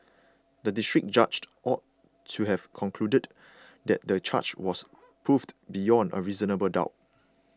the District Judged ought to have concluded that the charge was proved beyond a reasonable doubt